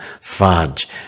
fudge